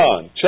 John